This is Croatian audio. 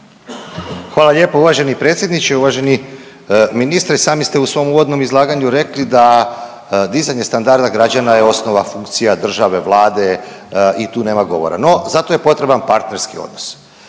Hvala lijepo uvaženi predsjedniče. Uvaženi ministre, i sami ste u svom uvodnom izlaganju rekli da dizanje standarda građana je osnova funkcija države, Vlade i tu nema govora, no za to je potreban partnerski odnos.